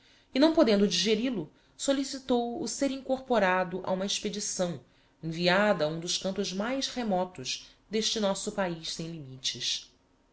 e não podendo digeril o sollicitou o ser incorporado a uma expedição enviada a um dos cantos mais remotos d'este nosso paiz sem limites